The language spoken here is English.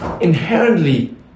inherently